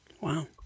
Wow